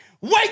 wait